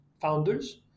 founders